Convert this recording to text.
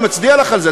אני מצדיע לך על זה.